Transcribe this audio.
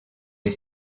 les